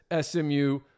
SMU